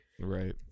right